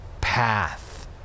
path